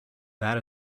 that